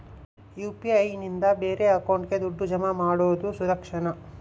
UPI ನಿಂದ ಬೇರೆ ಅಕೌಂಟಿಗೆ ದುಡ್ಡು ಜಮಾ ಮಾಡೋದು ಸುರಕ್ಷಾನಾ?